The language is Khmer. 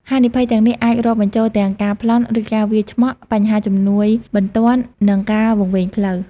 ហានិភ័យទាំងនេះអាចរាប់បញ្ចូលទាំង ការប្លន់ ឬការវាយឆ្មក់ បញ្ហាជំនួយបន្ទាន់ និងការវង្វេងផ្លូវ។